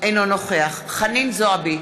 אינו נוכח חנין זועבי,